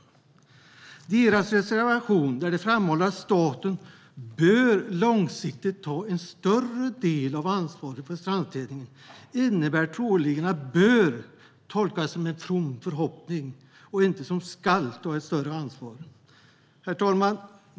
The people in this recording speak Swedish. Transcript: I deras reservation där de framhåller att staten långsiktigt bör ta en större del av ansvaret för strandstädningen ska "bör" troligen tolkas som en from förhoppning och inte som att staten ska ta ett större ansvar. Herr talman!